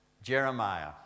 Jeremiah